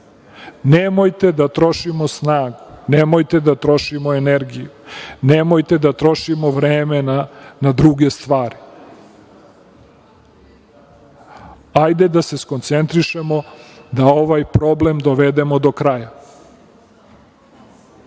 bitno. Nemojte da trošimo snagu, nemojte da trošimo energiju, nemojte da trošimo vreme na druge stvari. Hajde da se skoncentrišemo da ovaj problem dovedemo do kraja.